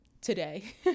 today